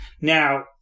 Now